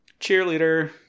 Cheerleader